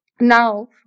now